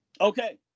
Okay